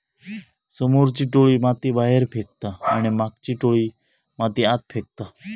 समोरची टोळी माती बाहेर फेकता आणि मागची टोळी माती आत फेकता